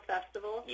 Festival